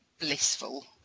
blissful